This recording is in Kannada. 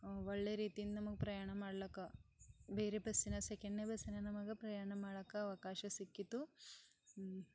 ಒಳ್ಳೆ ರೀತಿಯಿಂದ ನಮಗೆ ಪ್ರಯಾಣ ಮಾಡ್ಲಕ್ಕ ಬೇರೆ ಬಸ್ಸಿನ ಸೆಕೆಂಡ್ನೆ ಬಸ್ಸಿನ ನಮಗೆ ಪ್ರಯಾಣ ಮಾಡೋಕ್ಕೆ ಅವಕಾಶ ಸಿಕ್ಕಿತು